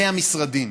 100 משרדים.